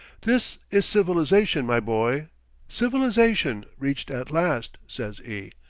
this is civilization, my boy civilization reached at last, says e,